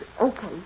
Okay